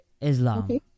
Islam